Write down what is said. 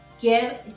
give